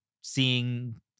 seeing